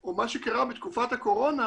או מה שקרה בתקופת הקורונה,